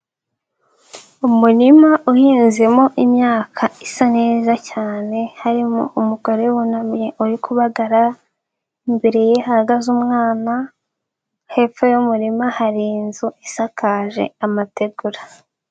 Umurima uhinzemo imyaka isa neza cyane, harimo umugore wunamye uri kubagara, imbere ye hahagaze umwana, hepfo y'umurima hari inzu isakaje amategura.